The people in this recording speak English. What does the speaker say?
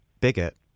bigot